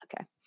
Okay